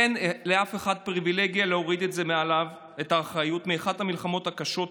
אין לאף אחד פריבילגיה להוריד מעליו את האחריות מאחת המלחמות הקשות,